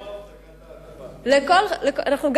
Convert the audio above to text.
גם על זה אנחנו עובדים.